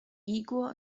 igor